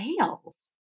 sales